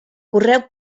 correu